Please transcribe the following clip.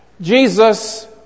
Jesus